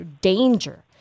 danger